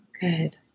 good